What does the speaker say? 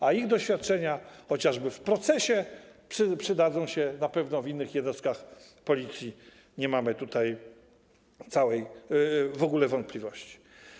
A ich doświadczenia, chociażby w procesie, przydadzą się na pewno w innych jednostkach Policji, nie mamy co do tego żadnych wątpliwości.